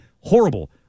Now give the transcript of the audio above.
horrible